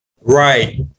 right